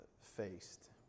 faced